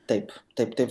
taip taip tai